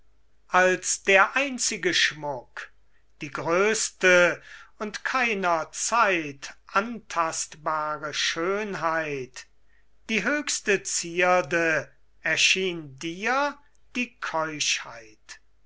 als der einzige schmuck die größte und keiner zeit antastbare schönheit die höchste zierde erschien dir die keuschheit